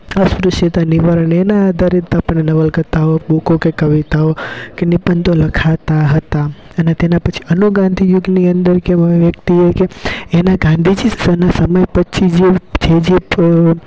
અસ્પૃશ્યતા નિવારણ એના આધારિત આપણે નવલકથાઓ બુકો કે કવિતાઓ કે નિબંદો લખાતા હતા અને તેના પછી અનુગાંધી યુગની અંદર કેવું આવ્યું વ્યક્તિએ કે એના ગાંધીજી સમય પછી જે જે જે